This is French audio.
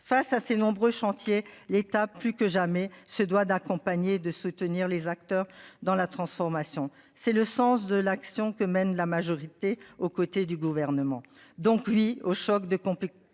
face à ces nombreux chantiers l'État plus que jamais se doit d'accompagner de soutenir les acteurs dans la transformation, c'est le sens de l'action que mène la majorité au côté du gouvernement, donc lui au choc des. Compétitivité